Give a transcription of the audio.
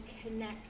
connect